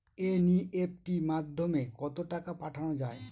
NEFT মাধ্যমে কত টাকা পাঠানো যায়?